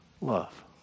love